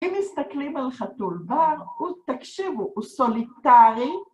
אם מסתכלים על חתול בר, תקשיבו, הוא סוליטרי.